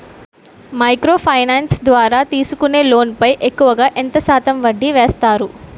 Micro finance ద్వారా తీసుకునే loan పై ఎక్కువుగా ఎంత శాతం వడ్డీ వేస్తారు?